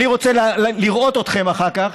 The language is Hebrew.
אני רוצה לראות אתכם אחר כך,